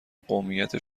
قومیت